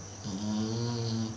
mmhmm